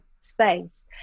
space